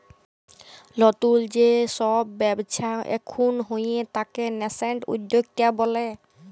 লতুল যে সব ব্যবচ্ছা এখুন হয়ে তাকে ন্যাসেন্ট উদ্যক্তা ব্যলে